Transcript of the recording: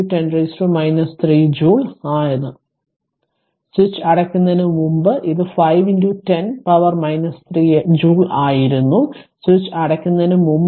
5 10 3 joule ആയിരുന്നു അതായത് switch അടയ്ക്കുന്നതിന് മുമ്പ് ഇത് 5 10 പവറിന് 3 ജൂൾ ആയിരുന്നു അതായത് സ്വിച്ച് അടയ്ക്കുന്നതിന് മുമ്പായിരുന്നു